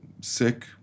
sick